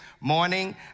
morning